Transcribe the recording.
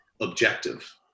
objective